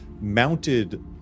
mounted